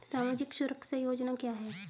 सामाजिक सुरक्षा योजना क्या है?